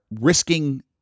risking